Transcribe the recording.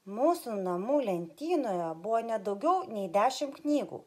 mūsų namų lentynoje buvo ne daugiau nei dešim knygų